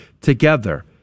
together